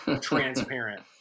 transparent